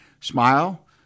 smile